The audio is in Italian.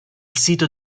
sito